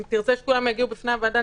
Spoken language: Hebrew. אם נרצה שכולם יגיעו בפני הוועדה,